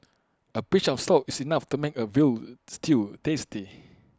A pinch of salt is enough to make A Veal Stew tasty